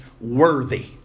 worthy